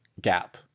gap